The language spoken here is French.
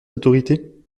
autorités